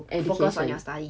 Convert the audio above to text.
education